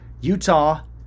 Utah